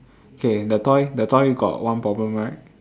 K the toy the toy got one problem right